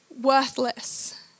worthless